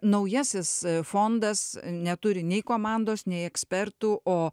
naujasis fondas neturi nei komandos nei ekspertų o